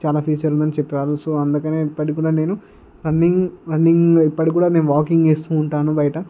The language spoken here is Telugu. చాలా ఫ్యూచర్ ఉందని చెప్పారు సో అందుకని నేను రన్నింగ్ రన్నింగ్ ఇప్పటికి కూడా వాకింగ్ చేస్తుంటాను బయట